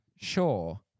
Sure